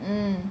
mm